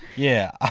yeah.